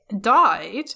died